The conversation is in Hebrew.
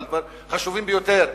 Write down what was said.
אבל הם חשובים ביותר.